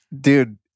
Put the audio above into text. dude